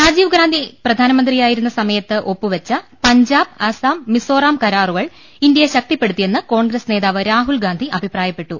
രാജീവ് ഗാന്ധി പ്രധാനമന്ത്രിയായിരുന്ന സമയത്ത് ഒപ്പു വെച്ച പഞ്ചാബ് അസം മിസോറാം കരാറുകൾ ഇന്ത്യയെ ശക്തിപ്പെടു ത്തിയെന്ന് കോൺഗ്രസ് നേതാവ് രാഹുൽഗാന്ധി അഭിപ്രായപ്പെ ട്ടു